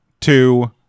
two